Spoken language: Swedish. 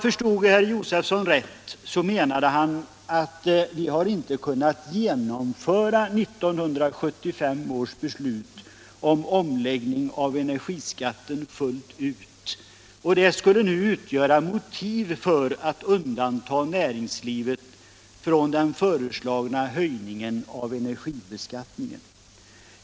Förstod jag herr Josefson rätt, menade han att vi inte fullt ut har kunnat genomföra 1975 års beslut om omläggning av energiskatten, och det skulle nu utgöra motiv för att undanta näringslivet från den föreslagna höjningen av energibeskattningen.